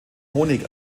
honig